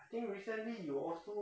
I think recently you also